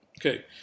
Okay